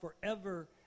forever